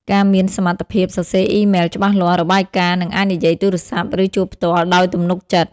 ការមានសមត្ថភាពសរសេរអ៊ីមែលច្បាស់លាស់ របាយការណ៍ និងអាចនិយាយទូរសព្ទ ឬជួបផ្ទាល់ដោយទំនុកចិត្ត។